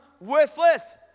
worthless